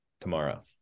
tomorrow